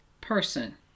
person